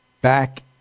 back